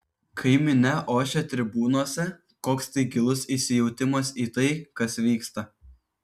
kai minia ošia tribūnose koks tai gilus įsijautimas į tai kas vyksta